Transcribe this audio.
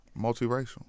Multiracial